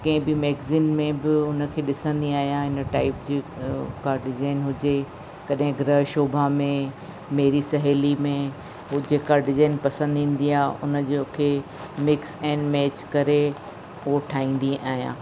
कंहिं बि मेगज़िन में बि उन खे ॾिसंदी आहियां इन टाइप जी का डिज़ाइन हुजे कॾहिं गृहशोभा में मेरी सहेली में पोइ जेका डिज़ाइन पसंदि ईंदी आहे उन जो खे मिक्स एन मेच करे पोइ ठाहींदी आहियां